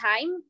time